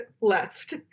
left